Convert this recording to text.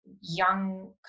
young